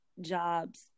jobs